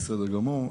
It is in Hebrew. בסדר גמור,